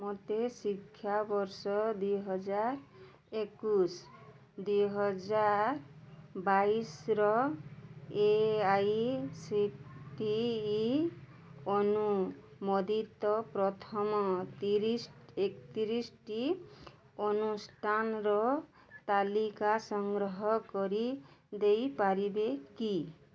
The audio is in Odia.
ମୋତେ ଶିକ୍ଷା ବର୍ଷ ଦୁଇହଜାର ଏକୋଇଶି ଦୁଇହଜାର ବାଇଶିର ଏ ଆଇ ସି ଟି ଅନୁମୋଦିତ ପ୍ରଥମ ତିରିଶି ଏକତିରିଶିଟି ଅନୁଷ୍ଠାନର ତାଲିକା ସଂଗ୍ରହ କରି ଦେଇପାରିବେ କି